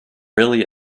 really